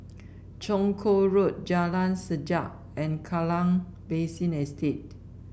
Chong Kuo Road Jalan Sajak and Kallang Basin Estate